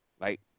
right